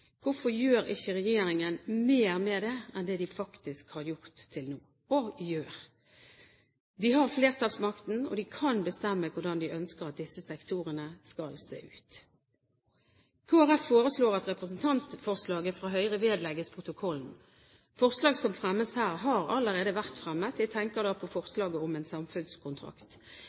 hvorfor gjør ikke regjeringen mer med det enn det de faktisk gjør, og har gjort til nå? De har flertallsmakten, og de kan bestemme hvordan de ønsker at disse sektorene skal se ut. Kristelig Folkeparti foreslår at representantforslaget fra Høyre vedlegges protokollen. Forslag som fremmes her, har allerede vært fremmet – jeg tenker da på forslaget om en samfunnskontrakt.